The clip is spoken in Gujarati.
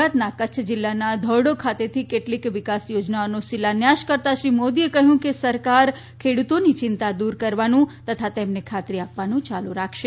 ગુજરાતના કચ્છ જીલ્લાના ઘોરડો ખાતેથી કેટલીક વિકાસ યોજનાઓનો શિલાન્યાસ કરતા શ્રી મોદીએ કહયું કે સરકાર ખેડુતોની ચિંતાઓ દુર કરવાનું તથા તેમને ખાત્રી આપવાનું યાલુ રાખશે